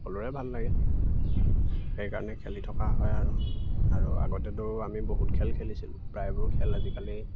সকলোৰে ভাল লাগে সেইকাৰণে খেলি থকা হয় আৰু আৰু আগতেতো আমি বহুত খেল খেলিছিলোঁ প্ৰায়বোৰ খেল আজিকালি